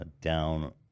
down